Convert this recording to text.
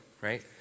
right